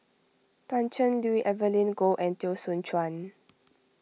Pan Cheng Lui Evelyn Goh and Teo Soon Chuan